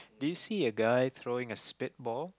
do you see a guy throwing a speed ball